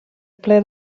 ple